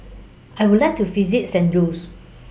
I Would like to visit San Jose